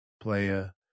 Player